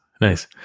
Nice